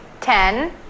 ten